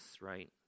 right